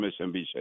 MSNBC